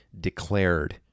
declared